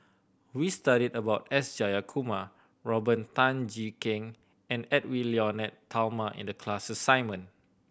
we studied about S Jayakumar Robert Tan Jee Keng and Edwy Lyonet Talma in the class assignment